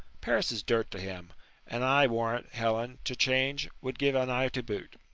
paris is dirt to him and, i warrant, helen, to change, would give an eye to boot.